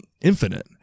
infinite